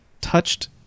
touched